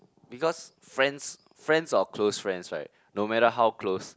because friends friends or close friends right no matter how close